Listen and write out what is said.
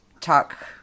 talk